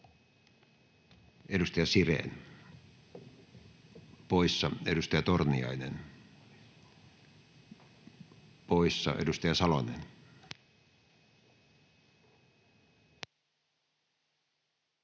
Edustaja Sirén poissa, edustaja Torniainen poissa. — Edustaja Salonen.